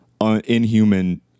inhuman